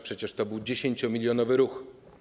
Przecież to był 10-milionowy ruch.